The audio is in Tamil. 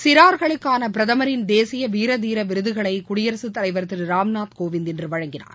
சிறார்களுக்கான பிரதமரின் தேசிய வீரதீர விருதுகளை குடியரசுத் தலைவர் திரு ராம்நாத் கோவிந்த் இன்று வழங்கினார்